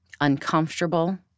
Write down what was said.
Uncomfortable